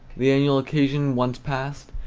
the annual occasion once past,